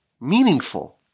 meaningful